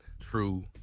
true